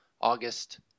August